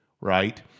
Right